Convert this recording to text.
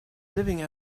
living